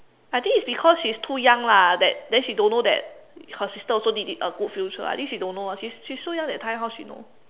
I think it's because she's too young lah that then she don't know that her sister also need it a good future I think she don't know ah she she's so young that time how she know